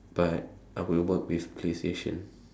but I will work with playstation